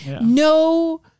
No